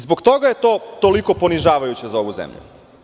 Zbog toga je to toliko ponižavajuće za ovu zemlju.